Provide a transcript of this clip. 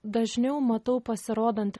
dažniau matau pasirodant